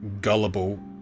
gullible